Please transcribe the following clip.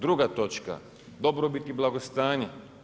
Druga točka dobrobit i blagostanje.